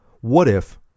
what-if